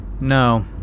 No